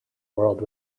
world